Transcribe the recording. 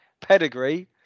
pedigree